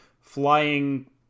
flying